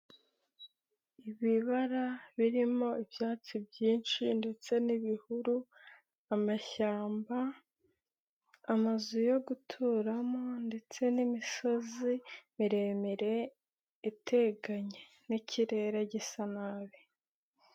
Ibibara birimo ibyatsi byinshi ndetse n'ibihuru, amashyamba, amazu yo guturamo, ndetse n'imisozi miremire iteganye n'ikirere gisa nabi.